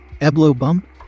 eblo-bump